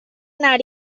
anar